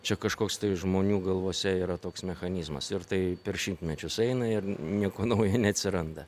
čia kažkoks tai žmonių galvose yra toks mechanizmas ir tai per šimtmečius eina ir nieko naujo neatsiranda